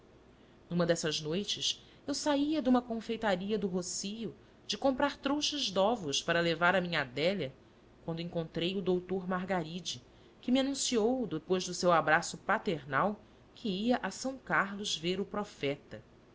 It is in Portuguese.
numa dessas noites eu saia de uma confeitaria do rossio de comprar trouxas de ovos para levar à minha adélia quando encontrei o doutor margaride que me anunciou depois do seu abraço paternal que ia são carlos ver o profeta